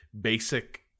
basic